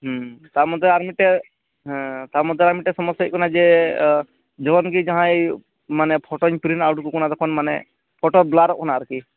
ᱛᱟᱨ ᱢᱚᱫᱽᱫᱷᱮ ᱟᱨ ᱢᱤᱫᱴᱮᱡ ᱛᱟᱨ ᱢᱚᱫᱽᱫᱷᱮ ᱟᱨ ᱢᱤᱫᱴᱮᱡ ᱥᱚᱢᱳᱥᱟ ᱦᱩᱭᱩᱜ ᱠᱟᱱᱟ ᱡᱮ ᱡᱚᱠᱷᱚᱱ ᱜᱮ ᱡᱟᱦᱟᱭ ᱢᱟᱱᱮ ᱯᱷᱳᱴᱳᱧ ᱯᱤᱨᱤᱱᱴ ᱟᱣᱩᱱᱴ ᱟᱠᱚ ᱠᱟᱱᱟ ᱛᱚᱠᱷᱚᱱ ᱢᱟᱱᱮ ᱯᱷᱳᱴᱳ ᱵᱮᱞᱟᱨᱚᱜ ᱠᱟᱱᱟ ᱟᱨᱠᱤ